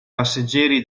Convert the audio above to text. passeggeri